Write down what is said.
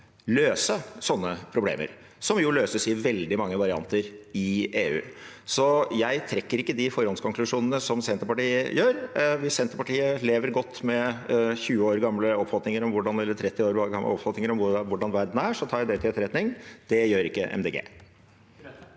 løse sånne problemer, som jo løses i veldig mange varianter i EU. Så jeg trekker ikke de forhåndskonklusjonene som Senterpartiet gjør. Hvis Senterpartiet lever godt med 30 år gamle oppfatninger om hvordan verden er, tar jeg det til etterretning – det gjør ikke